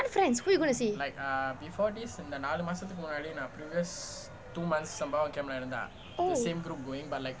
what friends who you going to see